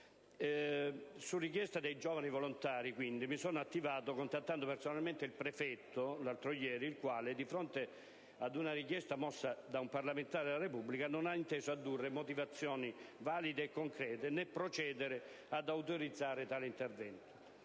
Su richiesta dei giovani volontari, quindi, mi sono attivato contattando personalmente l'altro ieri il prefetto, il quale, di fronte ad una richiesta mossa da un parlamentare della Repubblica, non ha inteso addurre motivazioni valide e concrete, né procedere ad autorizzare tale intervento.